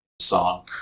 song